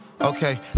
okay